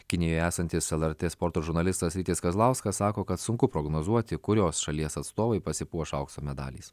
kinijoje esantis lrt sporto žurnalistas rytis kazlauskas sako kad sunku prognozuoti kurios šalies atstovai pasipuoš aukso medaliais